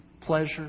pleasure